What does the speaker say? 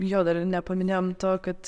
jo dar ir nepaminėjom to kad